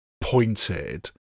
pointed